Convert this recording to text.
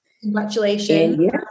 Congratulations